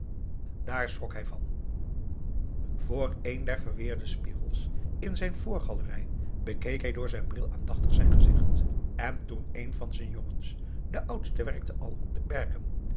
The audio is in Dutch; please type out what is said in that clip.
daar schrok hij van voor een der verweerde spiegels in zijn voorgalerij bekeek hij door zijn bril aandachtig zijn gezicht en toen een van z'n jongens de oudste werkte al op de perken